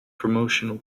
promotional